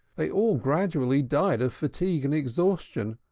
they all gradually died of fatigue and exhaustion,